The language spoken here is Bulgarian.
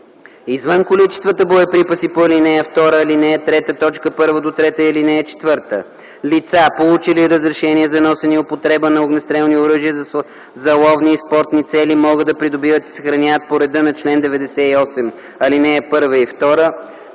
Извън количествата боеприпаси по ал. 2, ал. 3, т. 1-3 и ал. 4 лица, получили разрешение за носене и употреба на огнестрелни оръжия за ловни и спортни цели, могат да придобиват и съхраняват по реда на чл. 98, ал. 1 и 2: